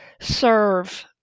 serve